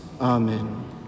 Amen